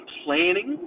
planning